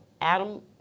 Adam